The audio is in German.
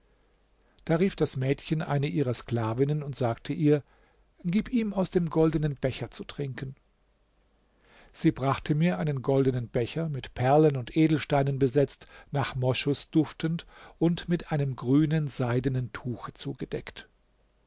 da rief das mädchen eine ihrer sklavinnen und sagte ihr gib ihm aus dem goldenen becher zu trinken sie brachte mir einen goldenen becher mit perlen und edelsteinen besetzt nach moschus duftend und mit einem grünen seidenen tuche zugedeckt